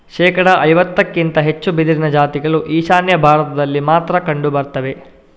ಶೇಕಡಾ ಐವತ್ತಕ್ಕಿಂತ ಹೆಚ್ಚು ಬಿದಿರಿನ ಜಾತಿಗಳು ಈಶಾನ್ಯ ಭಾರತದಲ್ಲಿ ಮಾತ್ರ ಕಂಡು ಬರ್ತವೆ